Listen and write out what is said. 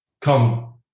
come